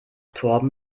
torben